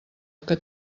que